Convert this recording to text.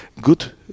good